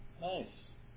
nice